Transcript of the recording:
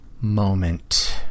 moment